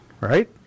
Right